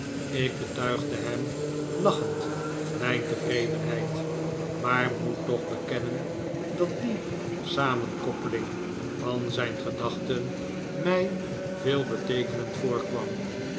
ik betuigde hem lachend mijn tevredenheid maar moet toch bekennen dat die samenkoppeling van zijn gedachten mij veelbeteekenend voorkwam